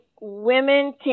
women